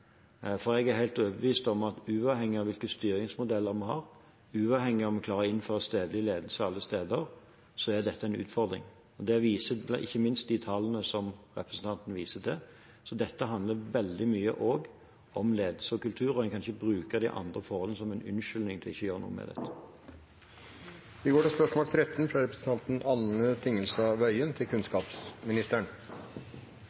for jeg er helt overbevist om at uavhengig av hvilke styringsmodeller man har, uavhengig av om man klarer å innføre stedlig ledelse alle steder, så er dette en utfordring. Det viser ikke minst de tallene som representanten viser til, så dette handler også veldig mye om ledelse og kultur, og man kan ikke bruke de andre forholdene som en unnskyldning for ikke å gjøre noe med det. «Høsten 2012 vedtok den rød-grønne regjeringen å styrke ungdomstrinnet med 600 nye lærerstillinger fra